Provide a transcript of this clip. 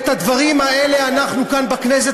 את הדברים האלה אנחנו כאן בכנסת,